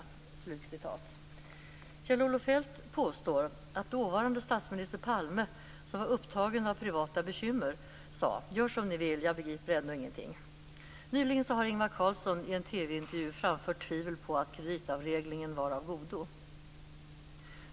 Kjell-Olof Feldt påstår att dåvarande statsminister Palme, som var upptagen av privata bekymmer, sade: "Gör som ni vill. Jag begriper ändå ingenting." Nyligen har Ingvar Carlsson i en TV-intervju framfört tvivel på att kreditavregleringen var av godo.